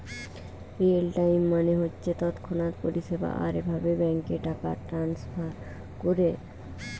real time মানে হচ্ছে তৎক্ষণাৎ পরিষেবা আর এভাবে ব্যাংকে টাকা ট্রাস্নফার কোরে